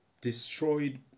destroyed